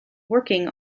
working